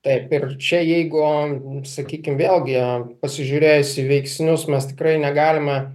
taip ir čia jeigu sakykim vėlgi pasižiūrėjus į veiksnius mes tikrai negalime